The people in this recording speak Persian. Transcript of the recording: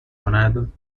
کند